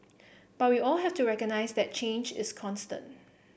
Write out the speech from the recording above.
but we all have to recognise that change is constant